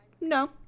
No